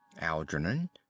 Algernon